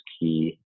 key